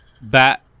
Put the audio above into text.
Bat